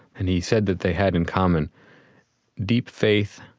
and he said that they had in common deep faith,